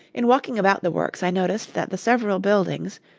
in walking about the works i noticed that the several buildings,